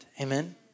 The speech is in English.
Amen